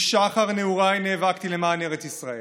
משחר נעוריי נאבקתי למען ארץ ישראל,